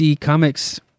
Comics